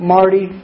Marty